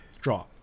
Draw